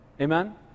Amen